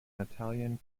italian